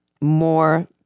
more